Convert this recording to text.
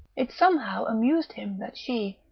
it somehow amused him that she,